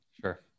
Sure